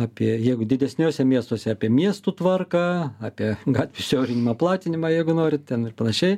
apie jeigu didesniuose miestuose apie miestų tvarką apie gatvių siaurinimą platinimą jeigu norit ten ir panašiai